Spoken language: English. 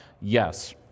Yes